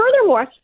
furthermore